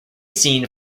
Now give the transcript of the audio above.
seen